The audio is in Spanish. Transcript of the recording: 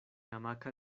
hamaca